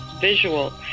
visual